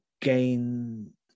gain